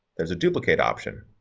there's a duplicate option.